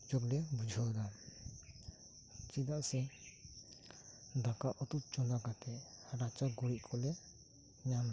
ᱥᱩᱡᱚᱜ ᱞᱮ ᱵᱩᱡᱷᱟᱹᱣᱮᱫᱟ ᱪᱮᱫᱟᱜ ᱥᱮ ᱫᱟᱠᱟ ᱩᱛᱩ ᱪᱚᱸᱫᱟ ᱠᱟᱛᱮᱫ ᱨᱟᱪᱟ ᱜᱩᱨᱤᱡ ᱠᱚᱞᱮ ᱧᱟᱢ ᱮᱫᱟ